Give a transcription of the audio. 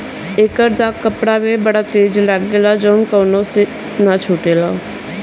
एकर दाग कपड़ा में बड़ा तेज लागेला जउन की कवनो चीज से ना छुटेला